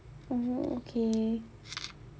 oh okay